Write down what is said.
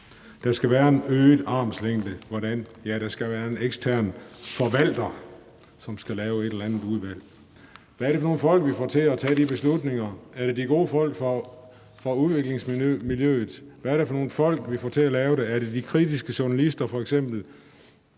Der skal være en øget armslængde, hvordan? Ja, der skal være en ekstern forvalter, som skal lave et eller andet udvalg. Hvad er det for nogle folk, vi får til at tage de beslutninger? Er det de gode folk fra udviklingsmiljøet? Hvad er det for nogle folk, vi får til at lave det? Er det f.eks. de kritiske journalister,